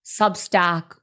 Substack